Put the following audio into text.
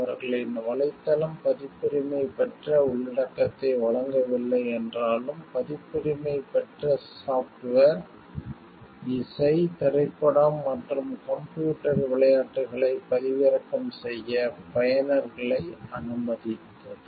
அவர்களின் வலைத்தளம் பதிப்புரிமை பெற்ற உள்ளடக்கத்தை வழங்கவில்லை என்றாலும் பதிப்புரிமை பெற்ற சாஃப்ட்வேர் இசை திரைப்படம் மற்றும் கம்ப்யூட்டர் விளையாட்டுகளைப் பதிவிறக்கம் செய்ய பயனர்களை அனுமதித்தது